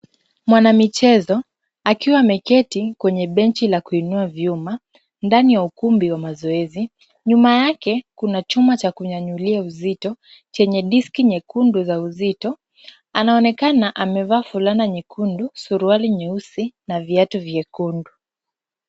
Mwanamichezo akiwa ameketi kwenye benchi la kuinua vyuma ndani ya ukumbi wa mazoezi. Nyuma yake kuna chuma cha kunyanyulia uzito chenye diski nyekundu za uzito. Anaonekana amevaa fulana nyekundu, suruali nyeusi na viatu vyekundu.